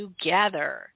together